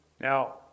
Now